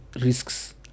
risks